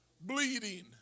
bleeding